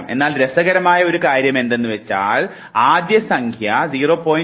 എന്നാൽ രസകരമായ ഒരു കാര്യമെന്തെന്നാൽ ആദ്യത്തെ സംഖ്യ 0